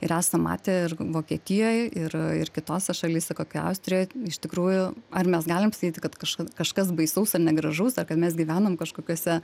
ir esam matę ir vokietijoj ir ir kitose šalyse kokioj austrijoj iš tikrųjų ar mes galim sakyti kad kažkas kažkas baisaus ar negražus ar kad mes gyvenam kažkokiuose